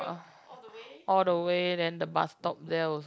all the way then the bus stop there also